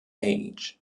age